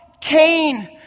Cain